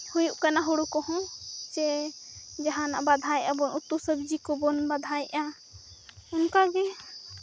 ᱦᱩᱭᱩᱜ ᱠᱟᱱᱟ ᱦᱩᱲᱩᱠᱚᱦᱚᱸ ᱪᱮ ᱡᱟᱦᱟᱱᱟᱜ ᱵᱟᱫᱷᱟᱭᱮᱫᱼᱟᱵᱚ ᱩᱛᱩ ᱥᱚᱵᱽᱡᱤ ᱠᱚᱵᱚᱱ ᱵᱟᱫᱷᱟᱭᱫᱼᱟ ᱚᱱᱠᱟᱜᱮ